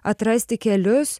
atrasti kelius